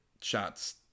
shots